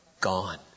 gone